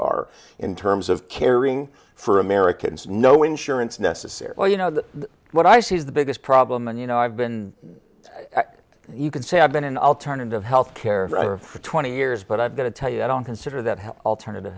are in terms of caring for americans no insurance necessary or you know what i say is the biggest problem and you know i've been asked you can say i've been an alternative health care for twenty years but i've got to tell you i don't consider that alternative